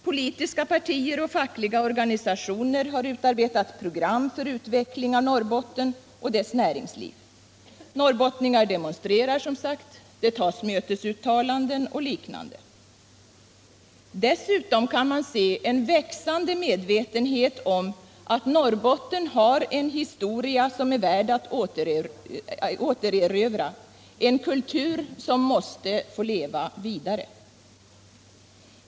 Politiska partier och fackliga organisationer har utarbetat program för utveckling av Norrbotten och dess näringsliv, norrbottningar demonstrerar som sagt, det tas mötesuttalanden och liknande. Dessutom kan man se en växande medvetenhet om att Norrbotten har en historia som är värd att återerövra, en kultur som måste få leva vidare.